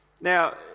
now